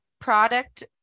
product